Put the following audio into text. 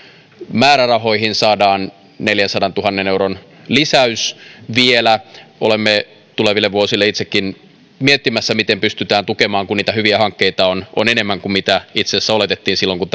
määrärahoihin saadaan vielä neljänsadantuhannen euron lisäys olemme tuleville vuosille itsekin miettimässä miten pystytään tukemaan kun niitä hyviä hankkeita on enemmän kuin itse asiassa oletettiin silloin kun